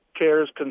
cares